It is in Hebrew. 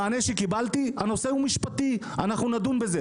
המענה שקיבלתי הנושא הוא משפטי, אנחנו נדון בזה.